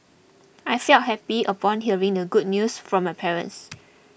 I felt happy upon hearing the good news from my parents